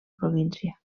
província